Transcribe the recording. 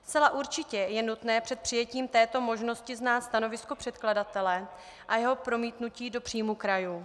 Zcela určitě je nutné před přijetím této možnosti znát stanovisko předkladatele a jeho promítnutí do příjmů krajů.